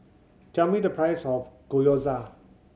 tell me the price of Gyoza